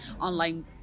online